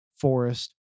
forest